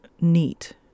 neat